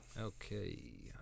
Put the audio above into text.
Okay